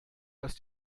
dass